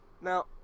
Now